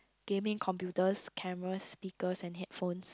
gaming computers cameras speakers and headphones